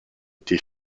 été